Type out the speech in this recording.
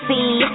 See